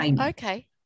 Okay